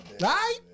Right